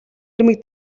ирмэг